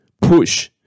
push